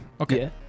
Okay